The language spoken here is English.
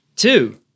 Two